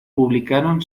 publicaron